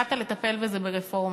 הצעת לטפל בזה ברפורמה.